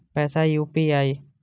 पैसा यू.पी.आई?